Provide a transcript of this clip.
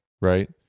right